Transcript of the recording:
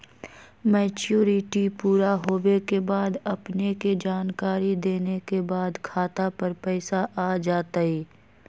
Maturity पुरा होवे के बाद अपने के जानकारी देने के बाद खाता पर पैसा आ जतई?